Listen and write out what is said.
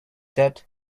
that